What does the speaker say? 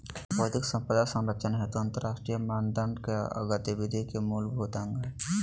बौद्धिक संपदा संरक्षण हेतु अंतरराष्ट्रीय मानदंड के गतिविधि के मूलभूत अंग हइ